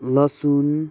लसुन